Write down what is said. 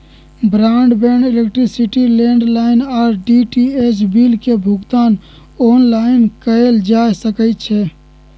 broadband, electricity, landline आऽ DTH bill के भुगतान ऑनलाइन कएल जा सकइ छै